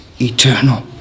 eternal